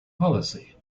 policy